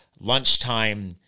lunchtime